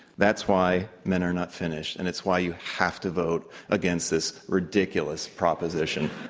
that's why men are not finished. and it's why you have to vote against this ridiculous proposition.